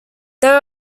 there